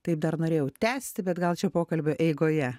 taip dar norėjau tęsti bet gal čia pokalbio eigoje